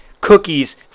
cookies